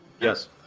Yes